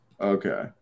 Okay